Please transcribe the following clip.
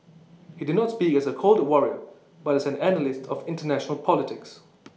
he did not speak as A cold Warrior but as an analyst of International politics